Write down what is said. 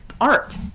art